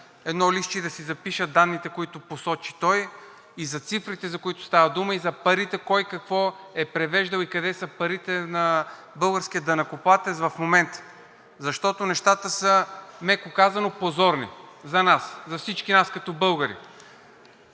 едно листче и да си запишат данните, които посочи той, и за цифрите, за които става дума, и за парите кой какво е превеждал и къде са парите на българския данъкоплатец в момента, защото нещата са, меко казано, позорни за всички нас като българи.